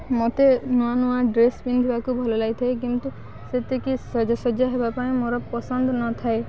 ମତେ ନୂଆ ନୂଆ ଡ୍ରେସ୍ ପିନ୍ଧିବାକୁ ଭଲ ଲାଗିଥାଏ କିନ୍ତୁ ସେତିକି ସାଜସଜ୍ଜା ହେବା ପାଇଁ ମୋର ପସନ୍ଦ ନଥାଏ